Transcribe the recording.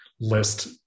list